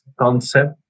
concept